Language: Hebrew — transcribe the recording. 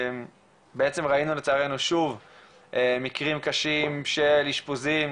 ראינו לצערנו שוב מקרים קשים של אשפוזים,